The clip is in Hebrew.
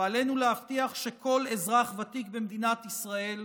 ועלינו להבטיח שכל אזרח ותיק במדינת ישראל,